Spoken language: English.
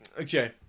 Okay